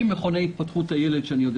60 מכוני התפתחות הילד שאני יודע